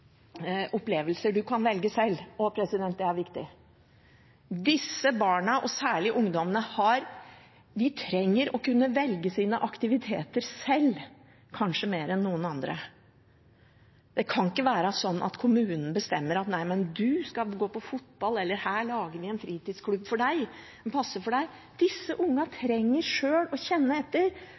viktig. Disse barna, og særlig ungdommene, trenger å kunne velge sine aktiviteter sjøl, kanskje mer enn noen andre. Det kan ikke være sånn at kommunen bestemmer at du skal gå på fotball, eller at de har en fritidsklubb som passer for deg. Disse ungene trenger sjøl å kjenne etter